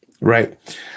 Right